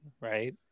right